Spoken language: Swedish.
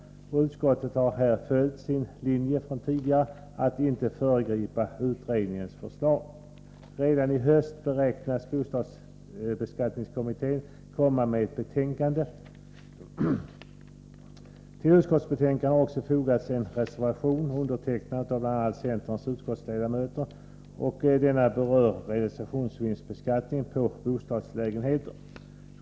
Utskottet har här följt sin linje från tidigare att inte föregripa utredningens förslag. Redan i höst beräknas bostadsbeskattningskommittén komma med ett betänkande. Till utskottets betänkande har också fogats en reservation, undertecknad av bl.a. centerns utskottsledamöter, vilken berör realisationsvinstbeskattningen på bostadsrättslägenheter.